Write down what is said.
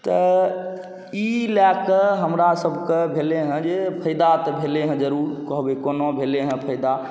तऽ ई लऽ कऽ हमरासबके भेलै हँ जे फाइदा तऽ भेलै हँ जरूर कहबै कोना भेलै हँ फाइदा